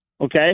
okay